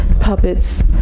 Puppets